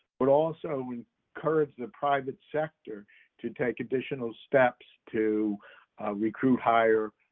but also and encourage the private sector to take additional steps to recruit higher,